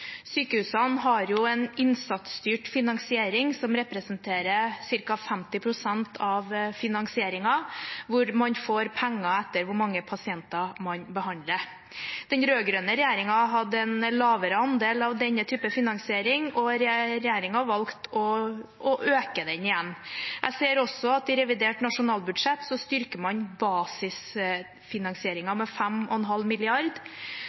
Sykehusene har jo en innsatsstyrt finansiering som representerer ca. 50 pst. av finansieringen, hvor man får penger etter hvor mange pasienter man behandler. Den rød-grønne regjeringen hadde en lavere andel av denne typen finansiering, og regjeringen valgte å øke den igjen. Jeg ser også at man i revidert nasjonalbudsjett styrker basisfinansieringen med 5,5 mrd. kr. Så